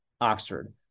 Oxford